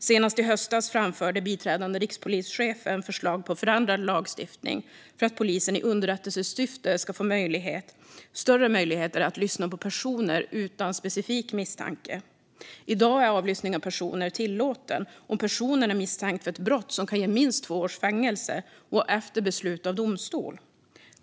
Senast i höstas framförde biträdande rikspolischefen förslag på förändrad lagstiftning för att polisen i underrättelsesyfte ska få större möjligheter att lyssna på personer utan specifik misstanke. I dag är avlyssning av personer tillåten om personen är misstänkt för ett brott som kan ge minst två års fängelse och efter beslut av domstol.